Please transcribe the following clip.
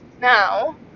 now